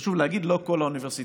חשוב להגיד: לא כל האוניברסיטאות,